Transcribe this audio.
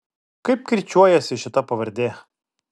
kaip kirčiuojasi šita pavardė